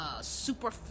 Super